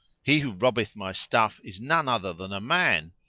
he who robbeth my stuff is none other than a man.